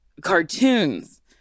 cartoons